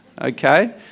Okay